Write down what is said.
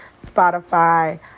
Spotify